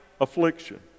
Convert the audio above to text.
affliction